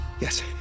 Yes